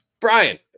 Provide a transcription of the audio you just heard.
Brian